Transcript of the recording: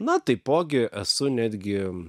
na taipogi esu netgi